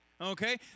okay